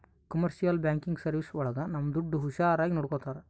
commercial banking service ಒಳಗ ನಮ್ ದುಡ್ಡು ಹುಷಾರಾಗಿ ನೋಡ್ಕೋತರ